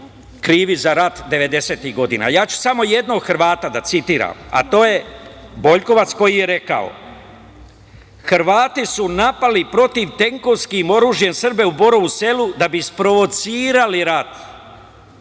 krivi za rat devedesetih godina. Ja ću samo jednog Hrvata da citiram, a to je Boljkovac, koji je rekao – Hrvati su napali protivtenkovskim oružjem Srbe u Borovu Selu da bi isprovocirali rat